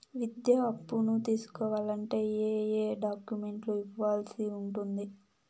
విద్యా అప్పును తీసుకోవాలంటే ఏ ఏ డాక్యుమెంట్లు ఇవ్వాల్సి ఉంటుంది